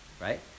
right